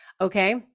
Okay